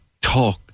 talk